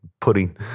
pudding